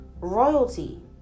royalty